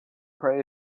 pray